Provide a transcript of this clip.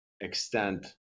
extent